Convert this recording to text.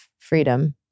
freedom